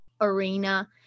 arena